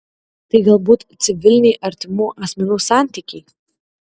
tai galbūt civiliniai artimų asmenų santykiai